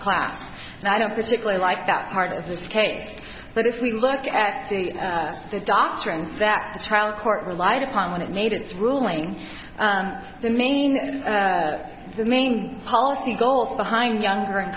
class and i don't particularly like that part of this case but if we look at the doctrines that the trial court relied upon when it made its ruling the main the main policy goals behind younger in